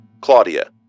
Claudia